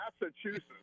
Massachusetts